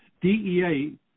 DEA